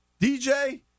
DJ